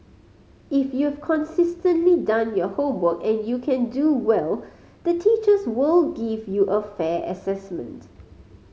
if you've consistently done your homework and you can do well the teachers will give you a fair assessment